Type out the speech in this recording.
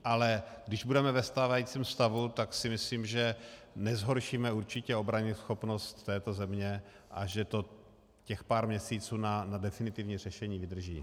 Ale když budeme ve stávajícím stavu, tak si myslím, že nezhoršíme určitě obranyschopnost této země a že to těch pár měsíců na definitivní řešení vydrží.